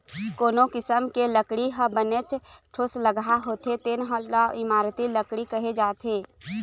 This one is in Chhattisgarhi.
कोनो किसम के लकड़ी ह बनेच ठोसलगहा होथे तेन ल इमारती लकड़ी कहे जाथे